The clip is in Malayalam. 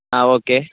ആ ഓക്കെ